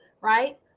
right